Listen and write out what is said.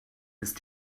ist